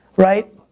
right?